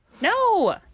No